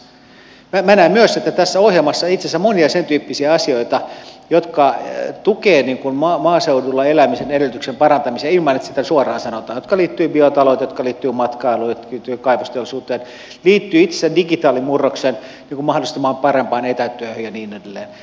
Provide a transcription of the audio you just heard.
minä näen myös että tässä ohjelmassa on itse asiassa monia sen tyyppisiä asioita jotka tukevat maaseudulla elämisen edellytyksien parantamista ilman että sitä suoraan sanotaan jotka liittyvät biotalouteen jotka liittyvät matkailuun ja jotka liittyvät kaivosteollisuuteen liittyvät itse asiassa digitaalimurroksen mahdollistamaan parempaan etätyöhön ja niin edelleen